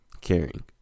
Caring